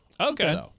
Okay